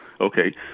Okay